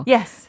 Yes